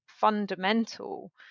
Fundamental